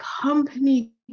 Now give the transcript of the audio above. company